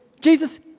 Jesus